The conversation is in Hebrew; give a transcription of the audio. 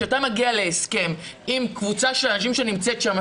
כשאתה מגיע להסכם עם קבוצה של אנשים שנמצאת שם,